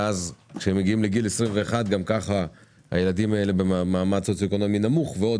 ואז כשמגיעים לגיל 21 גם כך הילדים האלה במעמד סוציו-אקונומי נמוך ועוד